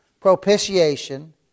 propitiation